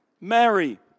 Mary